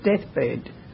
deathbed